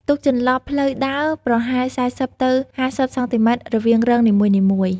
ទុកចន្លោះផ្លូវដើរប្រហែល ៤០ ទៅ ៥០ សង់ទីម៉ែត្រ រវាងរងនីមួយៗ។